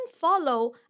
follow